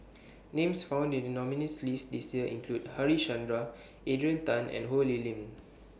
Names found in The nominees' list This Year include Harichandra Adrian Tan and Ho Lee Ling